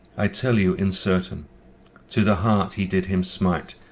i tell you in certain to the heart he did him smite,